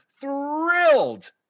thrilled